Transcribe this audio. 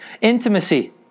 Intimacy